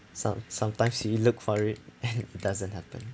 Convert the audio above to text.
some sometimes you look for and it doesn't happen